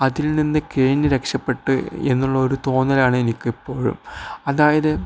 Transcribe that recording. അതിൽ നിന്ന് കഴിഞ്ഞു രക്ഷപ്പെട്ടു എന്നുള്ള ഒരു തോന്നലാണ് എനിക്കിപ്പോഴും അതായത്